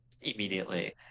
immediately